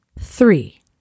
Three